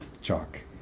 chalk